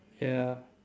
ya